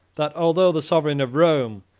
that although the sovereign of rome,